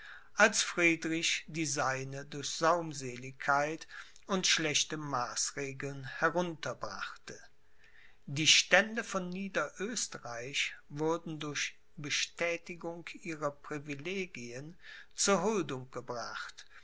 als friedrich die seinige durch saumseligkeit und schlechte maßregeln herunterbrachte die stände von nieder oesterreich wurden durch bestätigung ihrer privilegien zur huldigung gebracht